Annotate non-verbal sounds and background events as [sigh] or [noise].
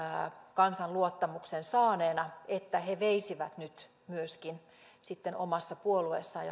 kansan luottamuksen saaneina että he veisivät nyt myöskin sitten omassa puolueessaan [unintelligible]